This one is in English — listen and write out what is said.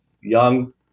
Young